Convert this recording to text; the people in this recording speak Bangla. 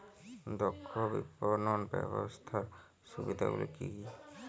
দক্ষ বিপণন ব্যবস্থার সুবিধাগুলি কি কি?